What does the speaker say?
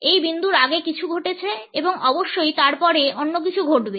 এই বিন্দুর আগে কিছু ঘটছে এবং অবশ্যই তার পরে অন্য কিছু ঘটবে